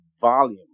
volume